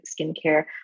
skincare